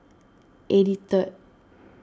eighty third